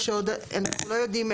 כשאנחנו עוד לא יודעים,